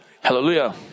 hallelujah